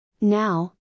Now